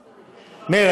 מאיר,